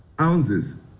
ounces